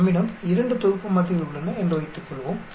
நம்மிடம் 2 தொகுப்பு மாதிரிகள் உள்ளன என்று வைத்துக்கொள்வோம்